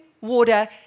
water